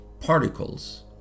particles